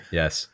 yes